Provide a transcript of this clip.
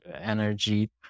energy